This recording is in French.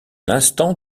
l’instant